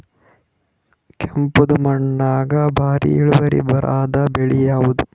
ಕೆಂಪುದ ಮಣ್ಣಾಗ ಭಾರಿ ಇಳುವರಿ ಬರಾದ ಬೆಳಿ ಯಾವುದು?